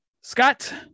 Scott